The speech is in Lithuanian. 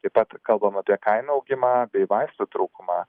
taip pat kalbame apie kainų augimą bei vaistų trūkumą